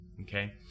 okay